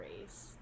Race